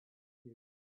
you